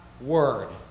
word